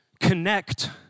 connect